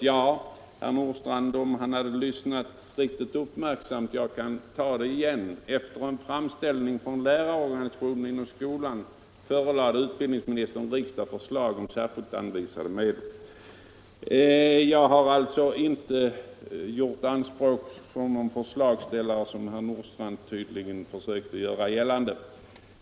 Ja, herr Nordstrandh, jag kan läsa ur mitt manus igen: Efter en framställning från lärarorganisationerna inom skolan förelade utbildningsministern riksdagen förslag om särskilt anvisade medel. Jag har alltså inte gjort anspråk på att vara någon förslagsställare, som herr Nordstrandh tydligen försökte göra gällande.